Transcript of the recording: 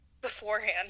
Beforehand